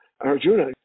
Arjuna